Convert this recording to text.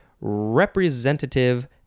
representative